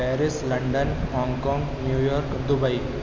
Paris London Hong Kong New York Dubai